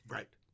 Right